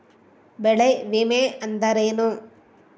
ಬೆಳೆ ವಿಮೆ ಅಂದರೇನು?